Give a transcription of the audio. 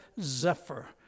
zephyr